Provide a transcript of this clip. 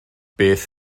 beth